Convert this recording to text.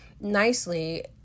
nicely